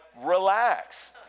relax